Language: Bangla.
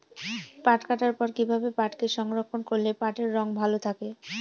পাট কাটার পর কি ভাবে পাটকে সংরক্ষন করলে পাটের রং ভালো থাকে?